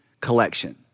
collection